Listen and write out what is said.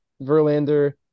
Verlander